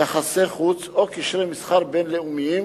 יחסי חוץ או קשרי מסחר בין-לאומיים